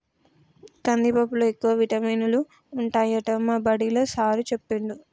కందిపప్పులో ఎక్కువ విటమినులు ఉంటాయట మా బడిలా సారూ చెప్పిండు